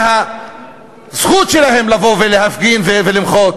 והזכות שלהם לבוא ולהפגין ולמחות.